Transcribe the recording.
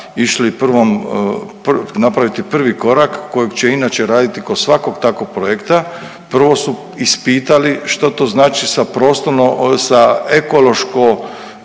išli napraviti prvi korak kojeg će inače raditi kod svakog takvog projekta. Prvo su ispitali što to znači sa